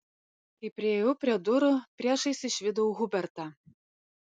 kai priėjau prie durų priešais išvydau hubertą